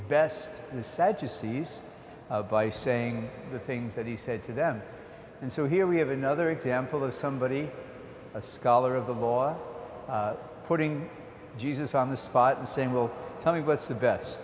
these by saying the things that he said to them and so here we have another example of somebody a scholar of the law putting jesus on the spot and saying well tell me what's the best